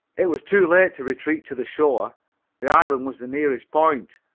it was too late to retreat to the shore the island was the nearest point,